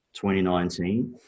2019